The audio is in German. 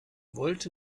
wollte